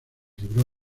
libró